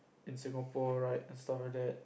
in Singapore right and stuff like that